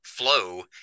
Flow